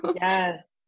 Yes